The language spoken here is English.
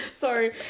sorry